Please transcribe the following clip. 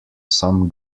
some